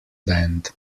band